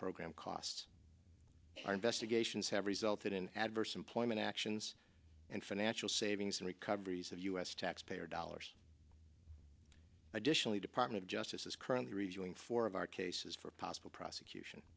program costs our investigations have resulted in adverse employment actions and financial savings and recoveries of u s taxpayer dollars additionally department of justice is currently reviewing four of our cases for possible